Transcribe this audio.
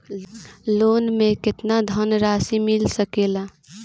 Loan मे केतना धनराशी मिल सकेला?